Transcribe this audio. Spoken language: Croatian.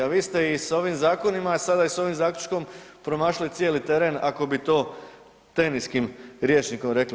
A vi ste i s ovim zakonima i sada sa ovim zaključkom promašili cijeli teren ako bi to teniskim rječnikom rekli.